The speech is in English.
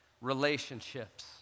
relationships